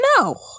No